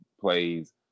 plays